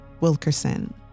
Wilkerson